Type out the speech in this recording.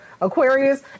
Aquarius